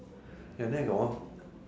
at night got one